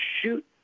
shoot